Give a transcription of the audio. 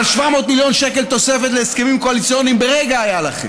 אבל 700 מיליון שקל תוספת להסכמים קואליציוניים ברגע היה לכם.